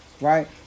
right